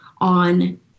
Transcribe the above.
on